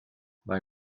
mae